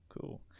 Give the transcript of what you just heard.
cool